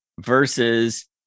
versus